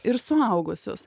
ir suaugusius